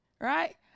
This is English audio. right